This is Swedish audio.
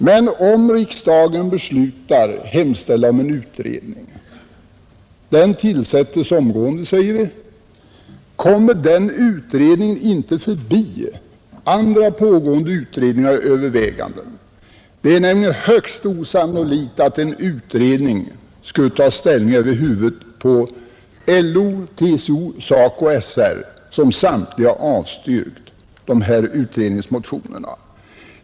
Men om riksdagen beslutar hemställa om en utredning — den tillsättes omgående, säger vi — kommer den utredningen inte förbi andra pågående utredningar och överväganden. Det är nämligen högst osannolikt att en utredning skulle ta ställning över huvudet på LO, TCO, SACO och SR som samtliga avstyrkt dessa utredningsmotioner.